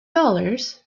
dollars